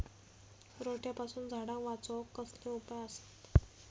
रोट्यापासून झाडाक वाचौक कसले उपाय आसत?